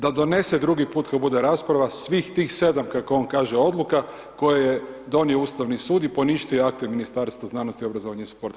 Da donese drugi put kad bude rasprava svih tih 7 kako on kaže Odluka, koje je donio Ustavni sud i poništio akte Ministarstva znanosti, obrazovanja i sporta.